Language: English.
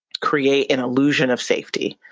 create an illusion of safety.